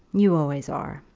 you always are.